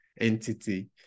entity